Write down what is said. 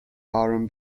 aaron